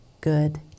good